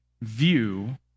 view